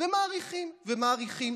ומאריכים ומאריכים.